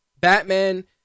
Batman